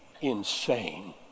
insane